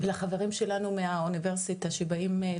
ולחברים שלנו מהאוניברסיטה שבאים,